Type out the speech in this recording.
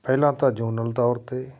ਪਹਿਲਾਂ ਤਾਂ ਜੋਨਲ ਤੌਰ 'ਤੇ